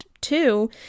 two